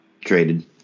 Traded